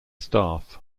staff